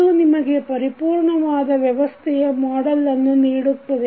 ಇದು ನಿಮಗೆ ಪರಿಪೂರ್ಣವಾದ ವ್ಯವಸ್ಥೆಯ ಮಾಡಲ್ ಅನ್ನು ನೀಡುತ್ತದೆ